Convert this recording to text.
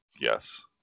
yes